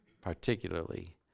particularly